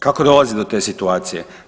Kako dolazi do te situacije?